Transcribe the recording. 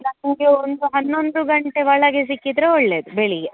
ನನಗೆ ಒಂದು ಹನ್ನೊಂದು ಗಂಟೆ ಒಳಗೆ ಸಿಕ್ಕಿದ್ದರೆ ಒಳ್ಳೆಯದು ಬೆಳಗ್ಗೆ